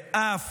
ואף